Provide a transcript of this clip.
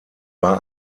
war